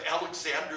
Alexander